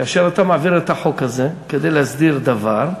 כאשר אתה מעביר את החוק הזה כדי להסדיר דבר,